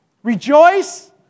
Rejoice